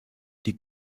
die